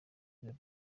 gaby